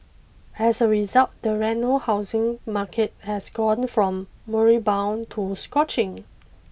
as a result the Reno housing market has gone from moribund to scorching